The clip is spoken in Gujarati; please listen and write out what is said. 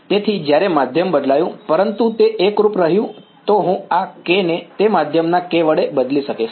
તેથી જ્યારે માધ્યમ બદલાયું પરંતુ તે એકરૂપ રહ્યું તો હું આ k ને તે માધ્યમના k વડે બદલી શકીશ